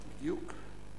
מלר-הורוביץ: